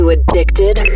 Addicted